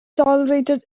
tolerated